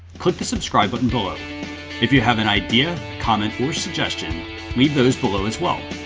click the subscribe button below if you have an idea, comment or suggestion leave those below as well.